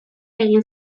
egin